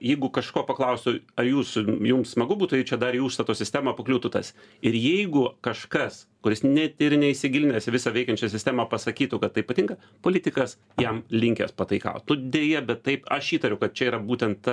jeigu kažko paklausiu ar jūs jums smagu būtų jei čia dar į užstato sistemą pakliūtų tas ir jeigu kažkas kuris net ir neįsigilinęs į visą veikiančią sistemą pasakytų kad tai patinka politikas jam linkęs pataikaut nu deja bet taip aš įtariu kad čia yra būtent